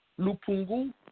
Lupungu